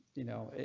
you know